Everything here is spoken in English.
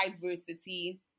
diversity